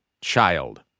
child